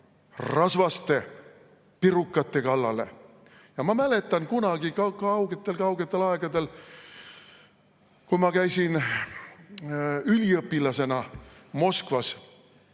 rasvaste pirukate järele. Ma mäletan, kunagi, kaugetel-kaugetel aegadel, kui ma käisin üliõpilasena Moskvas,